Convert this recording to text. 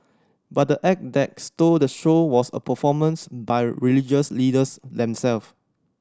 but the act that stole the show was a performance by religious leaders themselves